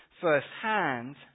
firsthand